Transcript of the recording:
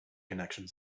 connections